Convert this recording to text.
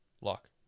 Lock